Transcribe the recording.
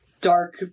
dark